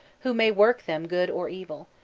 who may work them good or evil,